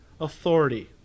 authority